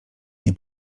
nie